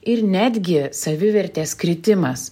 ir netgi savivertės kritimas